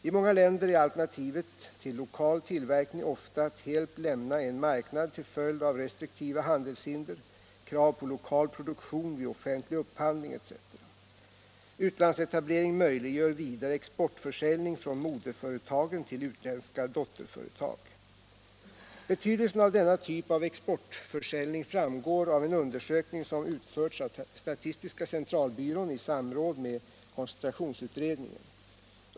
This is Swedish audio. I många länder är alternativet till lokal tillverkning ofta att helt lämna en marknad till följd av restriktiva handelshinder, krav på lokal produktion vid offentlig upphandling etc. Utlandsetablering möjliggör vidare exportförsäljning från moderföretagen till utländska dotterföretag. Betydelsen av denna typ av exportförsäljning framgår av en undersökning som utförts av statistiska centralbyrån i samråd med koncentrationsutredningen.